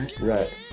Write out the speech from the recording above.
right